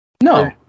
No